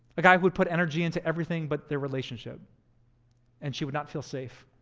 a guy who would put energy into everything but their relationship and she would not feel safe.